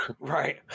Right